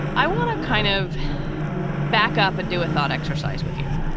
i want to kind of back up and do a thought exercise with you.